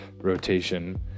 rotation